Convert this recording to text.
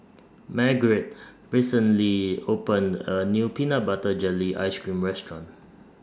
Margurite recently opened A New Peanut Butter Jelly Ice Cream Restaurant